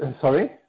sorry